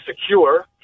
secure